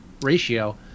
ratio